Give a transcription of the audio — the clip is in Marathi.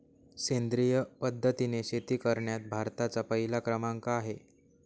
सेंद्रिय पद्धतीने शेती करण्यात भारताचा पहिला क्रमांक आहे